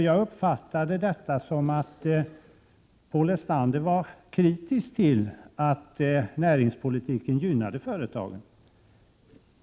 Jag uppfattade att Paul Lestander var kritisk till att näringspolitiken gynnade företagen.